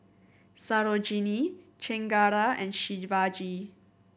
Sarojini Chengara and Shivaji